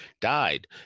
died